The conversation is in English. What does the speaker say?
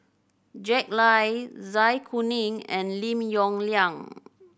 Jack Lai Zai Kuning and Lim Yong Liang